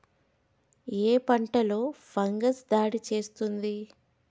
ఏ పంటలో ఫంగస్ దాడి చేస్తుంది?